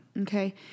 Okay